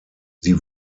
sie